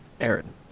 Aaron